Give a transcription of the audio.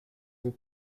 vous